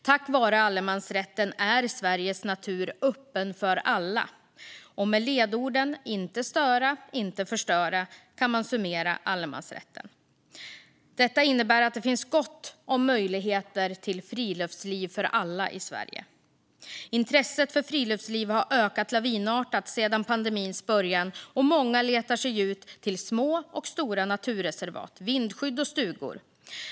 Tack vare allemansrätten är Sveriges natur öppen för alla, och den summeras med ledorden inte störa, inte förstöra. Detta innebär att det finns gott om möjligheter till friluftsliv för alla i Sverige. Intresset för friluftsliv har ökat lavinartat sedan pandemins början, och många letar sig ut till små och stora naturreservat, vindskydd och stugor.